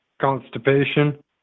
Constipation